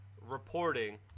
reporting